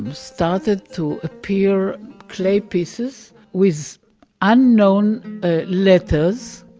um started to appear clay pieces with unknown letters,